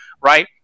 right